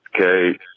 Okay